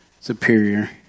superior